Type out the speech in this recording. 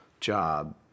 job